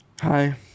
Hi